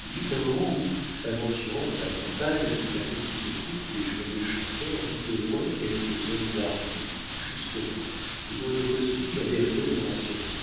il y eut un moment où s'aventurant dans la campagne la petite troupe des joyeux chanteurs vit de loin quelques hommes armés jusqu'aux dents et dont le costume n'avait rien de rassurant